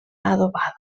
adobada